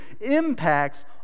impacts